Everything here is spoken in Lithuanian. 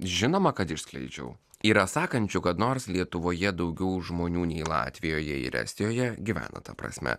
žinoma kad išskleidžiau yra sakančių kad nors lietuvoje daugiau žmonių nei latvijoje ir estijoje gyvena ta prasme